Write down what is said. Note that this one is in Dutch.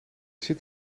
zit